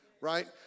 right